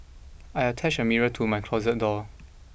I attached a mirror to my closet door